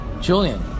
Julian